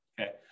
Okay